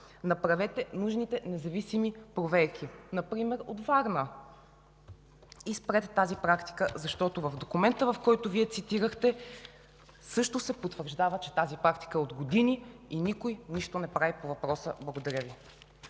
Направете нужните независими проверки, например от Варна. И спрете тази практика, защото в документа, който Вие цитирахте, също се потвърждава, че тази практика от години и никой нищо не прави по въпроса. Благодаря Ви.